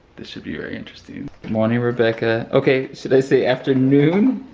this should be very interesting. morning, rebecca. okay, should i say afternoon?